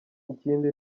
ikindi